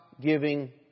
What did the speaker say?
giving